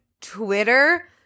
twitter